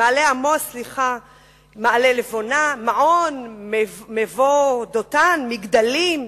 מעלה-עמוס, מעלה-לבונה, מעון, מבוא-דותן, מגדלים.